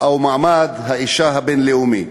או מעמד האישה הבין-לאומי.